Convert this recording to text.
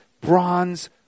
bronze